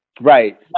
Right